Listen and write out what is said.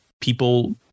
people